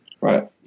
right